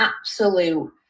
absolute